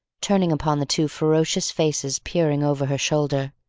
turning upon the two ferocious faces peering over her shoulder,